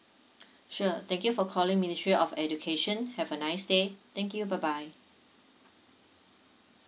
sure thank you for calling ministry of education have a nice day thank you bye bye